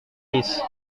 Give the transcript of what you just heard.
bis